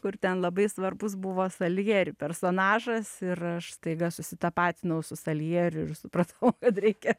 kur ten labai svarbus buvo saljeri personažas ir aš staiga susitapatinau su saljieriu ir supratau kad reikia